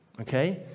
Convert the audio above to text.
Okay